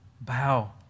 bow